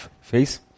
face